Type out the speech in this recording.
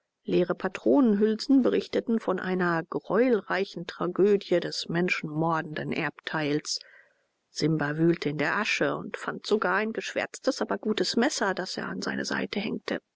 leere patronenhülsen berichteten von einer greuelreichen tragödie des menschenmordenden erdteils simba wühlte in der asche und fand sogar ein geschwärztes aber gutes messer das er an seine seite hängte